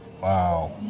Wow